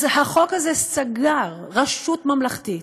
אז החוק סגר רשות ממלכתית,